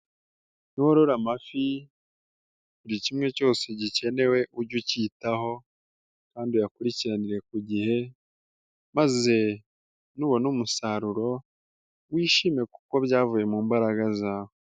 Ni worora amafi buri kimwe cyose gikenewe uge ukitaho kandi uyakurikiranire ku gihe maze nubona umusaruro wishime kuko byavuye mu mbaraga zawe.